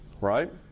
right